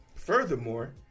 Furthermore